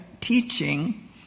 teaching